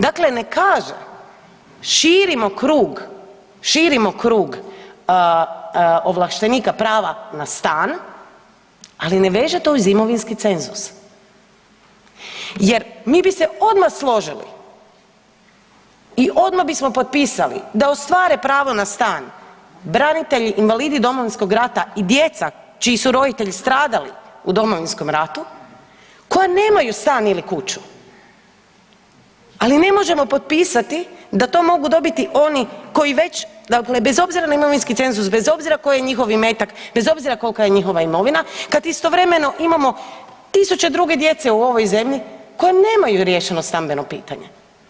Dakle, ne kaže širimo krug, širimo krug ovlaštenika prava na stan, ali ne veže to uz imovinski cenzus jer mi bi se odmah složili i odmah bismo potpisali da ostvare pravo na stan branitelji, invalidi Domovinskog rata i djeca čiji su roditelji stradali u Domovinskom ratu koja nemaju stan ili kuću, ali ne možemo potpisati da to mogu dobiti oni koji već, dakle bez obzira na imovinski cenzus, bez obzira koji je imetak, bez obzira kolika je njihova imovina kad istovremeno imamo tisuće druge djece u ovoj zemlji koja nemaju riješeno stambeno pitanje.